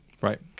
Right